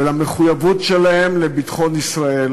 למחויבות שלהם לביטחון ישראל